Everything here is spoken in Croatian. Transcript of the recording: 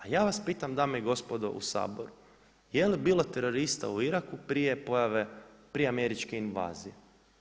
A ja vas pitam dame i gospodo u Saboru, je li bilo terorista u Iraku, prije pojave, prije američke invazije?